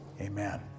Amen